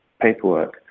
paperwork